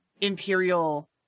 imperial